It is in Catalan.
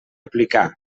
aplicar